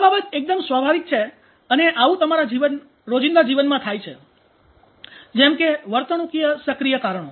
આ બાબત એકદમ સ્વાભાવિક છે અને આવું તમારા રોજિંદા જીવનમાં થાય છે જેમ કે વર્તણૂકીય સક્રિય કારણો